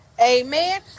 Amen